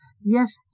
Yes